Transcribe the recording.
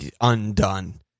undone